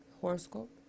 horoscope